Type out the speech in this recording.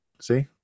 See